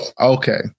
Okay